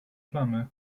plamy